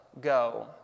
go